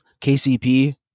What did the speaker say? KCP